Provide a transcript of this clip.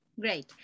great